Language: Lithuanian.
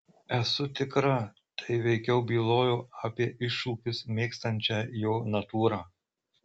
esu tikra tai veikiau bylojo apie iššūkius mėgstančią jo natūrą